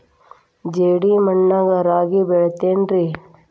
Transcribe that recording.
ಜೇಡಿ ಮಣ್ಣಾಗ ರಾಗಿ ಬೆಳಿತೈತೇನ್ರಿ?